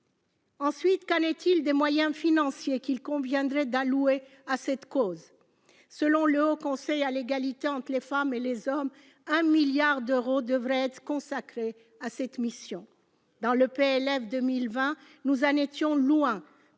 Ensuite, qu'en est-il des moyens financiers qu'il conviendrait d'allouer à cette cause ? Selon le Haut Conseil à l'égalité entre les femmes et les hommes, 1 milliard d'euros devraient être consacrés à cette mission ; dans le projet de loi